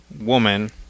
woman